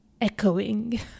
echoing